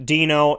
Dino